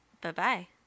Bye-bye